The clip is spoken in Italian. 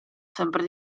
sempre